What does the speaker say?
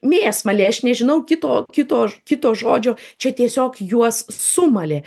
mėsmalė aš nežinau kito kito kito žodžio čia tiesiog juos sumalė